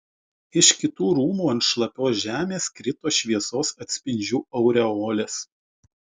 iš kitų rūmų ant šlapios žemės krito šviesos atspindžių aureolės